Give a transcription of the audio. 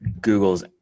google's